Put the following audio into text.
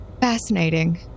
Fascinating